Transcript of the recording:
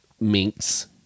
minks